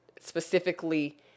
specifically